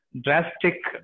drastic